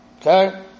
Okay